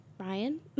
Ryan